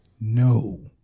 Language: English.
No